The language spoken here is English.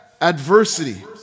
adversity